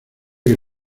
que